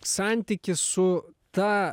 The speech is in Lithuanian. santykis su ta